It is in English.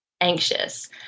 anxious